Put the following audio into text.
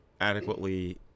adequately